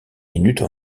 minutes